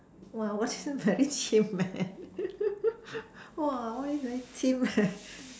!wah! !wah! this one very chim eh !wah! all this very chim eh